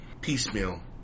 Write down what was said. piecemeal